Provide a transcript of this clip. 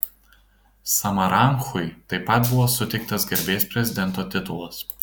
samaranchui taip pat buvo suteiktas garbės prezidento titulas